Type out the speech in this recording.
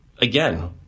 Again